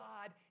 God